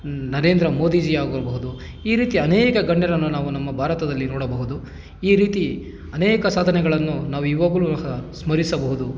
ನರೇಂದ್ರ ಮೊದಿಜಿಯಾಗಬಹುದು ಈ ರೀತಿ ಅನೇಕ ಗಣ್ಯರನ್ನು ನಾವು ನಮ್ಮ ಭಾರತದಲ್ಲಿ ನೋಡಬಹುದು ಈ ರೀತಿ ಅನೇಕ ಸಾಧನೆಗಳನ್ನು ನಾವು ಈವಾಗ್ಲೂ ಸ್ಮರಿಸಬಹುದು